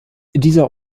dieser